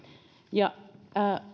ja